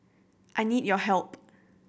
I need your help